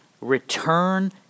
return